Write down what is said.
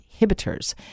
inhibitors